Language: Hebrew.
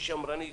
מערכת החינוך,